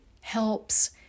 helps